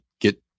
get